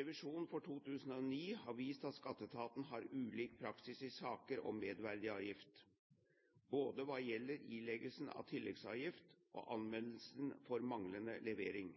Revisjonen for 2009 har vist at skatteetaten har ulik praksis i saker om merverdiavgift, både hva gjelder ileggelse av tilleggsavgift og anmeldelse for manglende levering.